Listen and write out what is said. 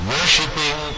Worshipping